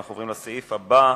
אנו עוברים לנושא הבא,